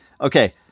okay